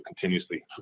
continuously